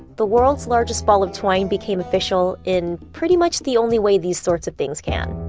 the world's largest ball of twine became official in pretty much the only way these sorts of things can